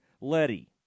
Letty